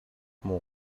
mon